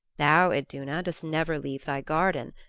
thou, iduna, dost never leave thy garden,